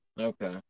Okay